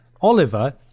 Oliver